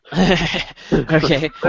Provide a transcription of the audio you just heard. Okay